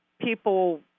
People